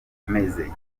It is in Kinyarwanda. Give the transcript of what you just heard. meze